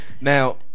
Now